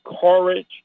courage